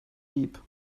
deep